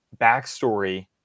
backstory